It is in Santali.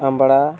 ᱟᱢᱵᱽᱲᱟ